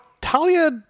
Talia